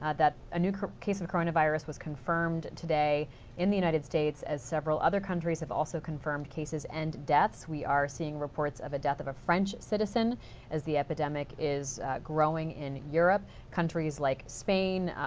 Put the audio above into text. ah that a new case of coronavirus was confirmed today in the united states, as several other countries have also confirmed cases and deaths. we are seeing reports of the death of a french citizen as the epidemic is growing in europe, countries like spain,